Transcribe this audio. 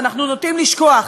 אנחנו נוטים לשכוח,